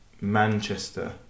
Manchester